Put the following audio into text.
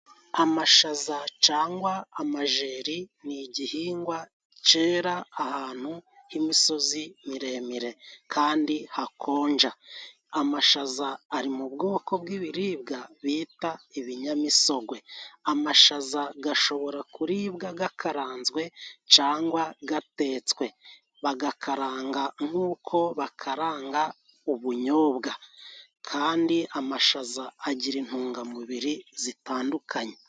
Amashaza cangwa amajeri ni igihingwa cera ahantu h'imisozi miremire kandi hakonja. Amashaza ari mu bwoko bw'ibiribwa bita ibinyamisogwe. Amashaza gashobora kuribwa gakaranzwe cangwa gatetswe. Bagakaranga nk'uko bakaranga ubunyobwa. Kandi amashaza agira intungamubiri zitandukanye.